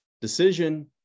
decision